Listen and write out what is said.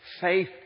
Faith